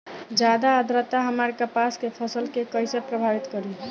ज्यादा आद्रता हमार कपास के फसल कि कइसे प्रभावित करी?